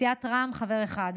סיעת רע"מ, חבר אחד.